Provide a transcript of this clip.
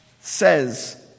says